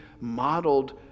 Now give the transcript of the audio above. modeled